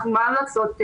מה לעשות,